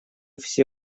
все